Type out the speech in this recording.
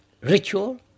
ritual